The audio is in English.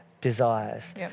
desires